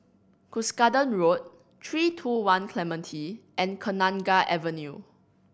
Cuscaden Road Three Two One Clementi and Kenanga Avenue